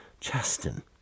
Chaston